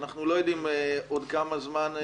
שאנחנו לא יודעים עוד כמה זמן,